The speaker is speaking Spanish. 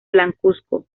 blancuzco